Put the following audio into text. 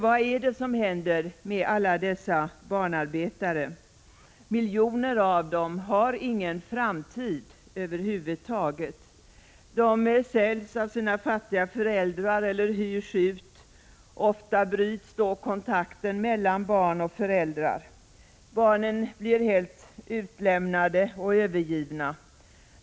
Vad händer med alla dessa barnarbetare? Miljoner av dem har ingen framtid över huvud taget. De säljs av sina fattiga föräldrar eller hyrs ut. Ofta bryts då kontakten mellan barn och föräldrar. Barnen blir helt utlämnade och övergivna.